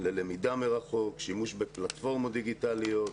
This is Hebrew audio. ללמידה מרחוק, שימוש בפלטפורמות דיגיטליות,